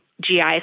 GI